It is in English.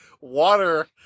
water